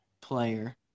player